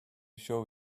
show